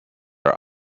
are